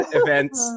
events